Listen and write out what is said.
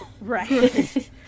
Right